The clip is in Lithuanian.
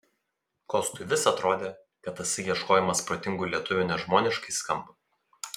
kostui vis atrodė kad tasai ieškojimas protingų lietuvių nežmoniškai skamba